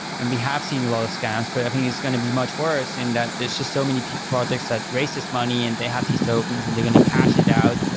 and we have seen a lot of scams, but i think it's going to be much worse and that there's just so many projects that raises money and they have these tokens and they're going to cash it out,